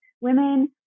women